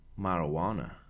Marijuana